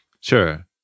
Sure